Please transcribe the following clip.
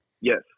Yes